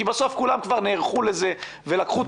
כי בסוף כולם כבר נערכו לזה ולקחו את